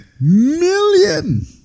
million